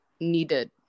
needed